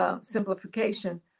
simplification